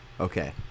Okay